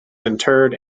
interred